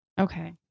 Okay